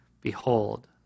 Behold